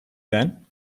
then